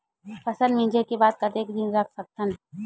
फसल मिंजे के बाद कतेक दिन रख सकथन?